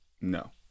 No